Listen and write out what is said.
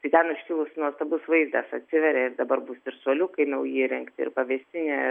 tai ten iškilus nuostabus vaizdas atsiveria ir dabar bus ir suoliukai nauji įrengti ir pavėsinė